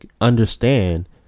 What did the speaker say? understand